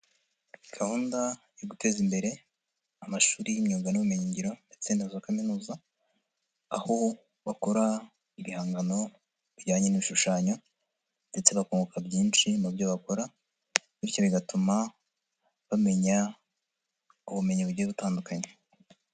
Gahunda yo guteza imbere amashuri y'imyuga n'ubumenyingiro ndetse na za kaminuza, aho bakora ibihangano bijyanye n'ibishushanyo ndetse bakunguka byinshi mu byo bakora bityo bigatuma bamenya ubumenyi bugiye butandukanye.